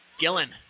Gillen